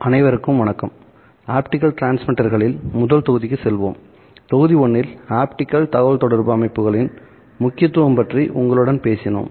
அனைவருக்கும் வணக்கம்ஆப்டிகல் டிரான்ஸ்மிட்டர்களில் முதல் தொகுதிக்கு செல்வோம் தொகுதி I இல் ஆப்டிகல் தகவல்தொடர்பு அமைப்புகளின் முக்கியத்துவம் பற்றி உங்களுடன் பேசினோம்